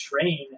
train